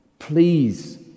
Please